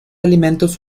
alimentos